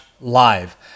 live